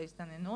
ההסתננות,